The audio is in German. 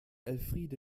elfriede